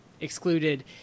excluded